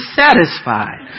satisfied